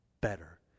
better